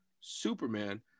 superman